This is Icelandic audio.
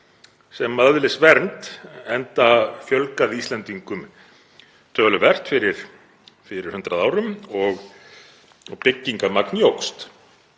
sem öðlist vernd enda fjölgaði Íslendingum töluvert fyrir 100 árum og byggingarmagn jókst.